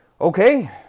Okay